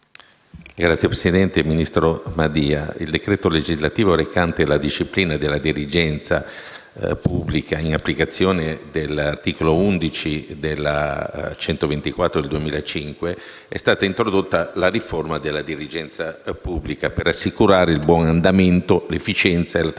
Signora Presidente, ministro Madia, con il decreto legislativo recante la disciplina della dirigenza pubblica in applicazione dell'articolo 11 della legge delega n. 124 del 2015, è stata introdotta la riforma della dirigenza pubblica per assicurare il buon andamento, l'efficienza e la trasparenza